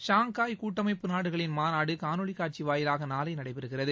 Shanghai கூட்டமைப்பு நாடுகளின் மாநாடு காணொலி காட்சி வாயிலாக நாளை நடைபெறுகிறது